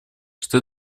что